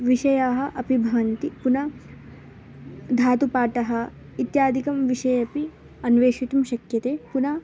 विषयाः अपि भवन्ति पुनः धातुपाठः इत्यादिकं विषये अपि अन्वेषितुं शक्यते पुनः